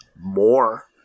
More